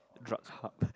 drugs hub